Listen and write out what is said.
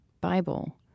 Bible